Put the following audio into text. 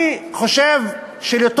אני חושב שכאות